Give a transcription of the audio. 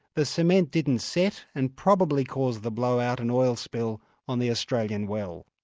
the cement didn't set, and probably caused the blowout and oil spill on the australian well.